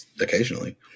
occasionally